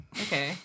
okay